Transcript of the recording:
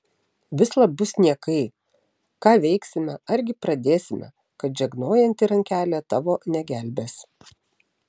vislab bus niekai ką veiksime argi pradėsime kad žegnojanti rankelė tavo negelbės